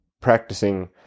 practicing